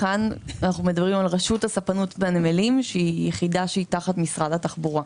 כאן אנו מדברים על רשות הספנות והנמלים שהיא יחידה תחת משרד התחבורה.